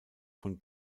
von